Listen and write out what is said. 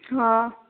हँ